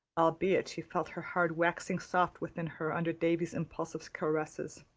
albeit she felt her heart waxing soft within her under davy's impulsive caresses.